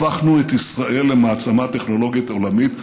הפכנו את ישראל למעצמה טכנולוגית עולמית.